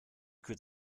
could